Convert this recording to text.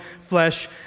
flesh